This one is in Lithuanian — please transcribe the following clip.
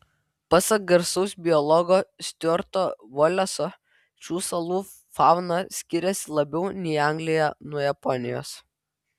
pasak garsaus biologo stiuarto voleso šių salų fauna skiriasi labiau nei anglija nuo japonijos